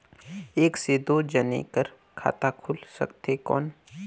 एक से दो जने कर खाता खुल सकथे कौन?